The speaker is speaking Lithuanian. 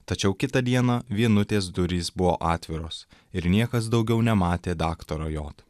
tačiau kitą dieną vienutės durys buvo atviros ir niekas daugiau nematė daktaro j